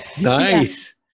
Nice